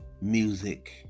music